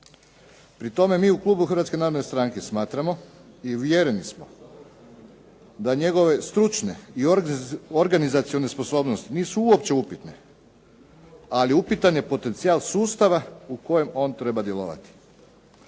Pri tome mi u klubu Hrvatske narodne stranke smatramo i uvjereni smo da njegove stručne i organizacione sposobnosti nisu uopće upitne, ali je upitan potencijal sustava u kojem on treba djelovati.